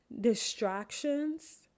distractions